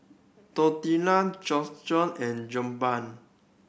Tortilla and Jokbal